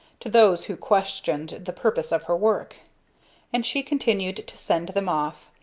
to those who questioned the purpose of her work and she continued to send them off,